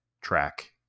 track